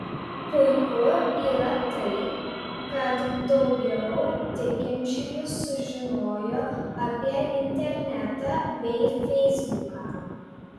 puiku yra tai kad daugiau tikinčiųjų sužinojo apie internetą bei feisbuką